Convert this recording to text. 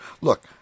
Look